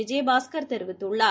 விஜயபாஸ்கர் தெரிவித்துள்ளார்